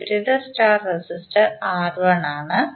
വിപരീത star resistor R1 ആണ്